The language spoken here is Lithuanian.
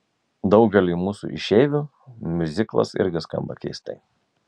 daugeliui mūsų išeivių miuziklas irgi skamba keistai